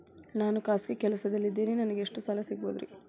ನಾನು ಖಾಸಗಿ ಕೆಲಸದಲ್ಲಿದ್ದೇನೆ ನನಗೆ ಎಷ್ಟು ಸಾಲ ಸಿಗಬಹುದ್ರಿ?